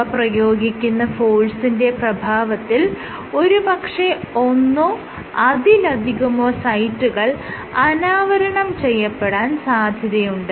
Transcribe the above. അവ പ്രയോഗിക്കുന്ന ഫോഴ്സിന്റെ പ്രഭാവത്തിൽ ഒരു പക്ഷെ ഒന്നോ അതിലധികമോ സൈറ്റുകൾ അനാവരണം ചെയ്യപ്പെടാൻ സാധ്യതയുണ്ട്